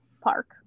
park